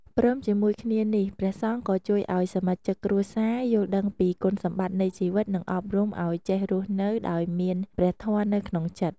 ព្រមជាមួយគ្នានេះ ព្រះសង្ឃក៏ជួយឲ្យសមាជិកគ្រួសារ យល់ដឹងពីគុណសម្បត្តិនៃជីវិត និងអប់រំឲ្យចេះរស់នៅដោយមានព្រះធម៌នៅក្នុងចិត្ត